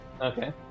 Okay